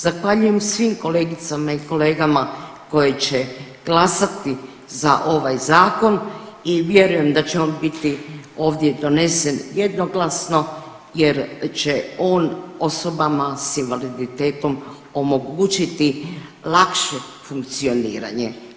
Zahvaljujem svim kolegicama i kolegama koje će glasati za ovaj zakon i vjerujem da će on biti ovdje donesen jednoglasno jer će on osobama s invaliditetom omogućiti lakše funkcioniranje.